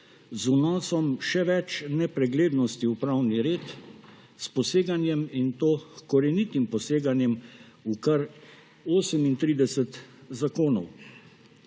Z vnosom še več nepreglednosti v pravni red, s poseganjem, in to korenitim poseganjem, v kar 38 zakonov.